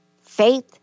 Faith